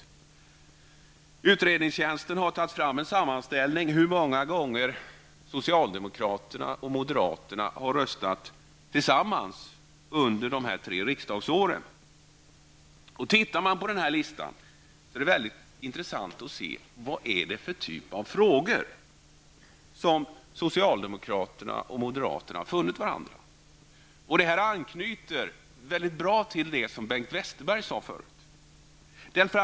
Riksdagens utredningstjänst har gjort en sammanställning av hur många gånger socialdemokraterna och moderaterna har röstat för samma sak under de här tre riksdagsåren. Av listan framgår det, och detta är mycket intressant, i vilka frågor socialdemokraterna och moderaterna har funnit varandra. Detta anknyter mycket bra till det som Bengt Westerberg sade tidigare.